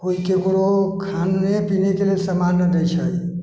केओ ककरो खाने पिनेके लिए सामान नहि देै छै